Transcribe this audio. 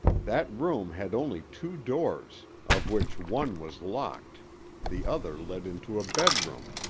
that room had only two doors, of which one was locked the other led into a bedroom,